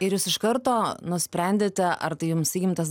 ir jūs iš karto nusprendėte ar tai jums įgimtas